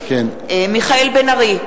מיכאל בן-ארי,